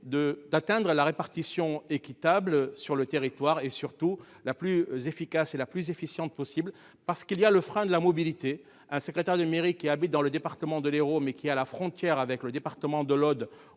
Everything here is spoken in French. d'atteindre la répartition équitable sur le territoire et surtout la plus efficace et la plus efficiente possible parce qu'il y a le frein de la mobilité. Un secrétaire de mairie qui habite dans le département de l'Hérault mais qui, à la frontière avec le département de l'Aude